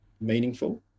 meaningful